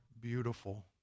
beautiful